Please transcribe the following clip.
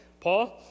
Paul